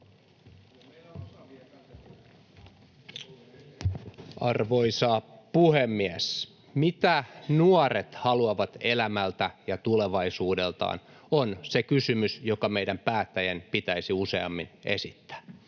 Arvoisa puhemies! Mitä nuoret haluavat elämältä ja tulevaisuudeltaan, on se kysymys, joka meidän päättäjien pitäisi useammin esittää.